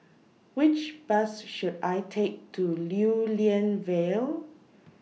Which Bus should I Take to Lew Lian Vale